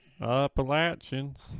Appalachians